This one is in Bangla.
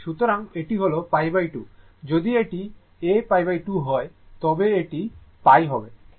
সুতরাং এটি হল π2 যদি এটি aπ2 হয় তবে এটি π হবে